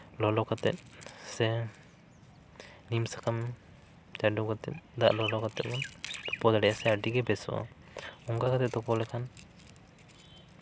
ᱞᱚᱞᱚ ᱠᱟᱛᱮᱜ ᱥᱮ ᱱᱤᱢ ᱥᱟᱠᱟᱢ ᱪᱟᱰᱚ ᱠᱟᱛᱮᱜ ᱫᱟᱜ ᱞᱚᱞᱚ ᱠᱟᱛᱮᱜ ᱵᱚᱱ ᱛᱩᱯᱩ ᱫᱟᱲᱮᱭᱟᱜᱼᱟ ᱥᱮ ᱟᱹᱰᱤ ᱜᱮ ᱵᱮᱥᱚᱜᱼᱟ ᱚᱱᱠᱟ ᱠᱟᱛᱮᱜ ᱛᱩᱯᱩ ᱞᱮᱠᱷᱟᱱ